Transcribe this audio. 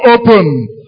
open